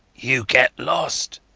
you get lost.